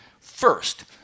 First